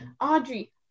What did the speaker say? Audrey